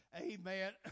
amen